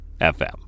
FM